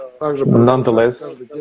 nonetheless